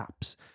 apps